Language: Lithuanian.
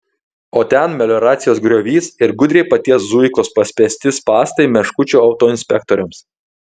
o ten melioracijos griovys ir gudriai paties zuikos paspęsti spąstai meškučių autoinspektoriams